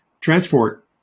transport